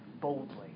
boldly